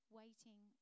waiting